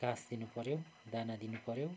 घाँस दिनुपऱ्यो दाना दिनुपऱ्यो